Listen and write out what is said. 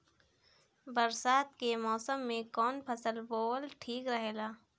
बरसात के मौसम में कउन फसल बोअल ठिक रहेला?